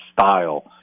style